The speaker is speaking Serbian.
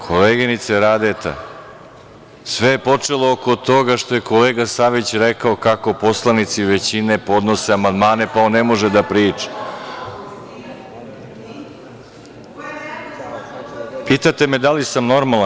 Koleginice Radeta, sve je počelo oko toga što je kolega Savić rekao kako poslanici većine podnose amandmane, pa on ne može da priča. (Vjerica Radeta dobacuje.) Pitate me da li sam normalan?